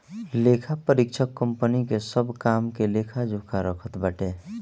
लेखापरीक्षक कंपनी के सब काम के लेखा जोखा रखत बाटे